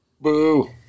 Boo